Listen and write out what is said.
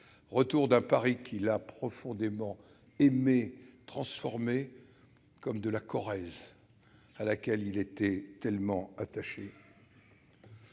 d'un Paris qu'il a profondément aimé et transformé, comme de la Corrèze à laquelle il était tellement attaché.